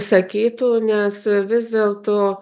sakytų nes vis dėlto